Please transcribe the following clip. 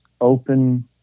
open